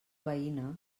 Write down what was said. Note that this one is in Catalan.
veïna